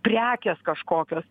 prekės kažkokios